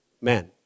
men